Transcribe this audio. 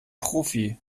profi